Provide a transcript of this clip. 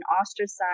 ostracized